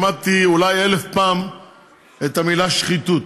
שמעתי אולי אלף פעם את המילה "שחיתות",